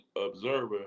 observer